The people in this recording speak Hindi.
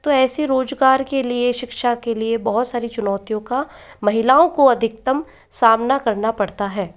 तो ऐसे रोजगार के लिए शिक्षा के लिए बहुत सारी चुनौतियों का महिलाओं को अधिकतम सामना करना पड़ता है